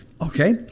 okay